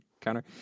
counter